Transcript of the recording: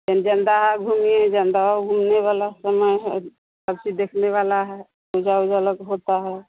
फ़िर जंदहा घूमिए जंदहो घूमने वाला समय है सब चीज़ देखने वाला है पूजा ऊजा अलग होता है